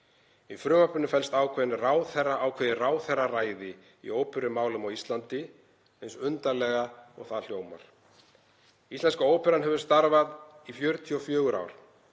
Í frumvarpinu felst ákveðið ráðherraræði í óperumálum á Íslandi, eins undarlega og það hljómar. Íslenska óperan hefur starfað í 44 ár.